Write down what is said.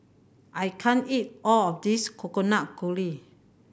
I can't eat all of this Coconut Kuih